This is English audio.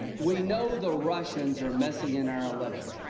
we know the russians are messing in our elections.